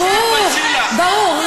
ברור.